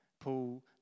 Paul